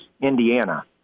Indiana